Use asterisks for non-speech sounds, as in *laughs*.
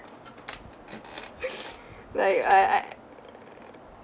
*laughs* like I I